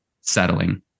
settling